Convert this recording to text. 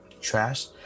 trash